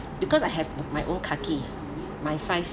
because I have my own kaki my five